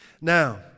Now